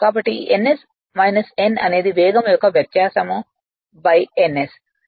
కాబట్టి ns n అనేది వేగం యొక్క వ్యత్యాసం ns